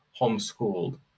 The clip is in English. homeschooled